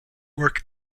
work